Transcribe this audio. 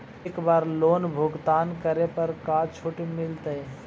एक बार लोन भुगतान करे पर का छुट मिल तइ?